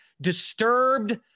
disturbed